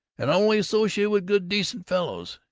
and i only associate with good decent fellows.